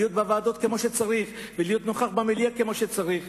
להיות בוועדות כמו שצריך ולהיות נוכח במליאה כמו שצריך,